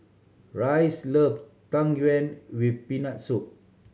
Reyes love Tang Yuen with Peanut Soup